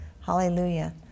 Hallelujah